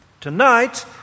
Tonight